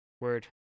Word